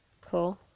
Cool